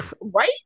Right